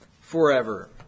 forever